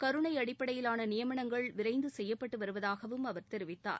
கருணை அடிப்படையிலான நியமனங்கள் விரைந்து செய்யப்பட்டு வருவதாகவும் அவர் தெரிவித்தார்